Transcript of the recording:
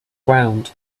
ground